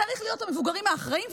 צריכים להיות המבוגרים האחראיים.